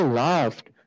laughed